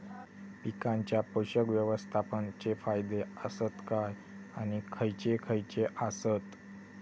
पीकांच्या पोषक व्यवस्थापन चे फायदे आसत काय आणि खैयचे खैयचे आसत?